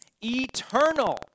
eternal